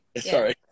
Sorry